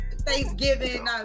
Thanksgiving